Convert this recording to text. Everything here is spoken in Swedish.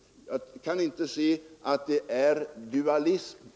Jag kan inte se att det är dualism.